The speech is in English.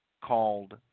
called